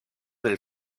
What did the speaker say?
del